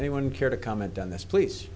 anyone care to comment on this please